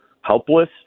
helpless